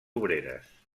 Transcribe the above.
obreres